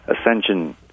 Ascension